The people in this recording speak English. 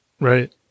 Right